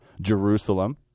Jerusalem